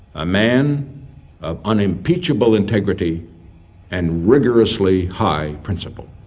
a man of unimpeachable integrity and rigorously high principle